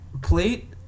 plate